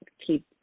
keep